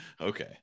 Okay